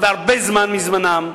והרבה זמן מזמנם,